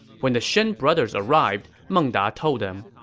when the shen brothers arrived, meng da told them,